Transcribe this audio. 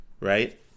right